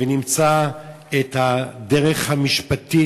ונמצא את הדרך המשפטית,